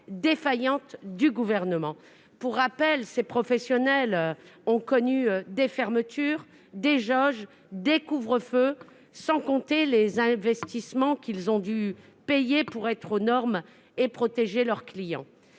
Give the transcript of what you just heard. défaillante du Gouvernement. Pour rappel, ces professionnels ont connu des fermetures, des jauges, des couvre-feux, sans compter les investissements qu'ils ont dû réaliser pour se mettre aux normes et protéger leurs clients.